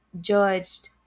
judged